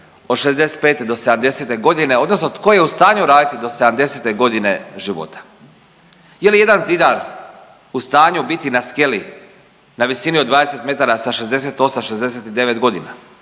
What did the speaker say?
od 65 do 70 godine, odnosno tko je u stanju raditi do 70-te godine života? Je li jedan zidar u stanju biti na skeli, na visini od 20 metara sa 68, 69 godina?